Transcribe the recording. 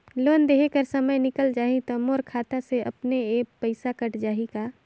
Loan देहे कर समय निकल जाही तो मोर खाता से अपने एप्प पइसा कट जाही का?